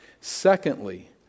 Secondly